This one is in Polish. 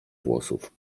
włosów